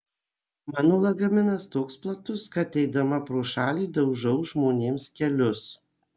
mano lagaminas toks platus kad eidama pro šalį daužau žmonėms kelius